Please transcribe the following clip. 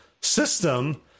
system